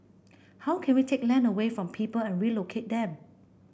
how can we take land away from people and relocate them